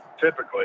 typically